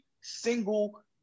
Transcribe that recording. single